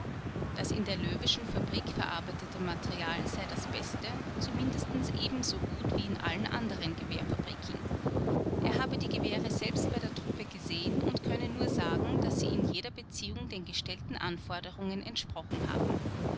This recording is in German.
das in der löweschen fabrik verarbeitete material sei das beste zum mindesten ebenso gut wie in allen anderen gewehrfabriken er habe die gewehre selbst bei der truppe gesehen und könne nur sagen daß sie in jeder beziehung den gestellten anforderungen entsprochen haben